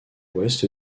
ouest